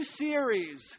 series